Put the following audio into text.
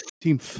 team